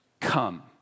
Come